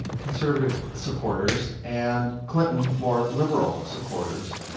conservative supporters, and clinton, more liberal supporters,